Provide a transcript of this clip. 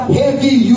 heavy